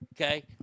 okay